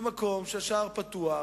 זה מקום שהשער בו פתוח,